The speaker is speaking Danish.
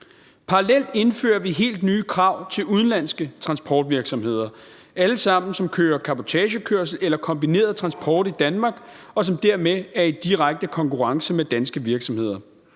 Parallelt indfører vi helt nye krav til udenlandske transportvirksomheder, dem alle sammen, som kører cabotagekørsel eller kombineret transport i Danmark, og som dermed er i direkte konkurrence med danske virksomheder.